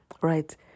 right